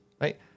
right